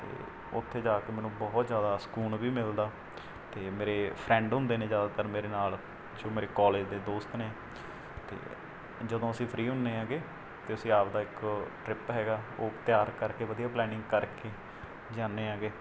ਅਤੇ ਉੱਥੇ ਜਾ ਕੇ ਮੈਨੂੰ ਬਹੁਤ ਜ਼ਿਆਦਾ ਸਕੂਨ ਵੀ ਮਿਲਦਾ ਅਤੇ ਮੇਰੇ ਫਰੈਂਡ ਹੁੰਦੇ ਨੇ ਜ਼ਿਆਦਾਤਰ ਮੇਰੇ ਨਾਲ ਜੋ ਮੇਰੇ ਕਾਲਜ ਦੇ ਦੋਸਤ ਨੇ ਜਦੋਂ ਅਸੀਂ ਫਰੀ ਹੁੰਦੇ ਹੈਗੇ ਅਤੇ ਅਸੀਂ ਆਪਣਾ ਇੱਕ ਟਰਿਪ ਹੈਗਾ ਉਹ ਤਿਆਰ ਕਰਕੇ ਵਧੀਆ ਪਲੈਨਿੰਗ ਕਰਕੇ ਜਾਂਦੇ ਹੈਗੇ